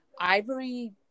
Ivory